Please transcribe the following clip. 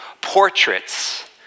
portraits